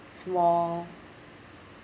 small